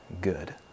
good